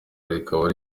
rikaba